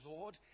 Lord